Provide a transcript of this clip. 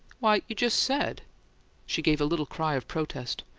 why, you just said she gave a little cry of protest.